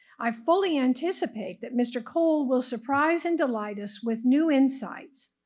i fully anticipate that mr. cole will surprise and delight us with new insights.